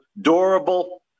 Durable